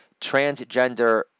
transgender